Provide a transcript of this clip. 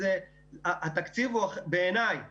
בעיניי